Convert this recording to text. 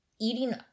eating